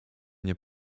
nie